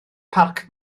parc